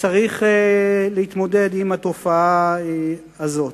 צריך להתמודד עם התופעה הזאת.